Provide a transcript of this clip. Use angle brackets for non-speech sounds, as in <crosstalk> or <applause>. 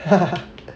<laughs>